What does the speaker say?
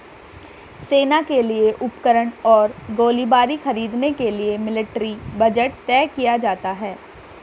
सेना के लिए उपकरण और गोलीबारी खरीदने के लिए मिलिट्री बजट तय किया जाता है